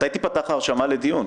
מתי תיפתח ההרשמה לדיון?